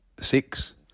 six